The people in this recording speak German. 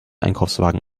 einkaufswagen